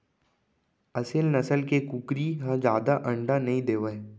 असेल नसल के कुकरी ह जादा अंडा नइ देवय